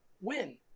win